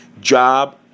job